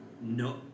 no